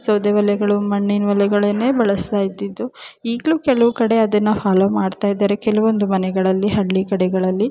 ಸೌದೆ ಒಲೆಗಳು ಮಣ್ಣಿನ ಒಲೆಗಳನ್ನೇ ಬಳಸ್ತಾಯಿದ್ದಿದ್ದು ಈಗಲೂ ಕೆಲವು ಕಡೆ ಅದನ್ನು ಫಾಲೋ ಮಾಡ್ತಾಯಿದ್ದಾರೆ ಕೆಲವೊಂದು ಮನೆಗಳಲ್ಲಿ ಹಳ್ಳಿ ಕಡೆಗಳಲ್ಲಿ